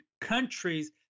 countries